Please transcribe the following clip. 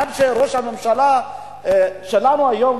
עד שראש הממשלה שלנו היום,